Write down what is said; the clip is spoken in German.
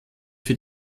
für